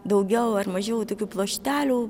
daugiau ar mažiau tokių pluoštelių